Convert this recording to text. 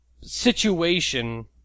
situation